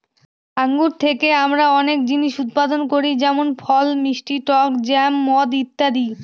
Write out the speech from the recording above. আঙ্গুর থেকে আমরা অনেক জিনিস উৎপাদন করি যেমন ফল, মিষ্টি টক জ্যাম, মদ ইত্যাদি